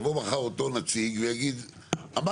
כי יבוא מחר אותו נציג ויגיד "אמרתי